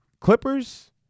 Clippers